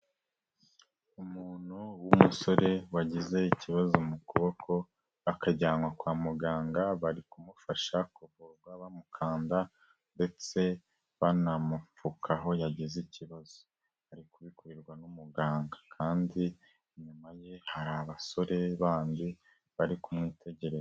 Umuntu w'umusore wagize ikibazo mu kuboko akajyanwa kwa muganga, bari kumufasha kuvurwa bamukanda ndetse banamupfuka aho yagize ikibazo. Ari kubikorerwa n'umuganga kandi inyuma ye hari abasore bandi bari kumwitegereza.